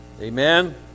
Amen